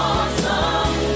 Awesome